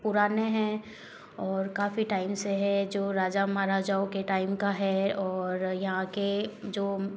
पुराने हैं और काफ़ी टाइम से है जो राजा महाराजाओं के टाइम का है और यहाँ के जो